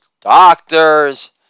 doctors